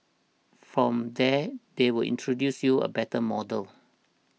from there they will introduce you a better model